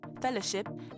fellowship